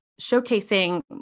showcasing